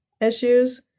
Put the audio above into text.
issues